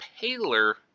paler